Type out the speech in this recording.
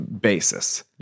basis